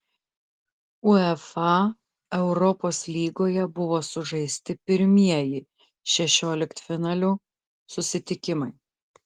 uefa europos lygoje buvo sužaisti pirmieji šešioliktfinalių susitikimai